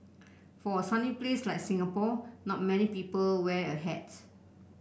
for a sunny place like Singapore not many people wear a hat